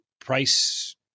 price